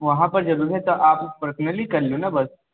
वहाँ पर ज़रूरी है तो आप पर्सनली कर लो ना बस